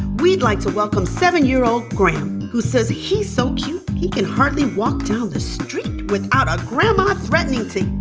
we'd like to welcome seven year old graham, who says he's so cute he can hardly walk down the street without a grandma threatening to